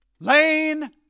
Lane